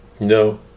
No